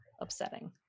upsetting